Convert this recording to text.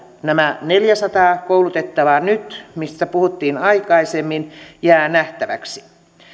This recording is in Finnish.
nämä neljäsataa koulutettavaa mistä puhuttiin aikaisemmin jää nähtäväksi